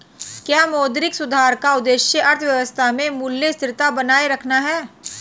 क्या मौद्रिक सुधार का उद्देश्य अर्थव्यवस्था में मूल्य स्थिरता बनाए रखना है?